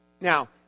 Now